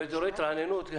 ואזורי התרעננות.